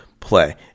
Play